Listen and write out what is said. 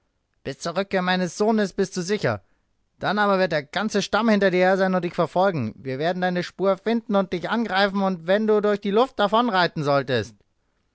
bis zur rückkehr meines sohnes bist du sicher dann aber wird der ganze stamm hinter dir her sein und dich verfolgen wir werden deine spur finden und dich ergreifen und wenn du durch die luft davonreiten solltest